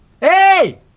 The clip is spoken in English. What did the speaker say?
Hey